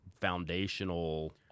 foundational